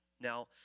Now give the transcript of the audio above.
Now